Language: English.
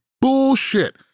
bullshit